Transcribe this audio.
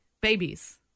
babies